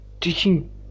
teaching